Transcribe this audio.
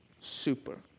super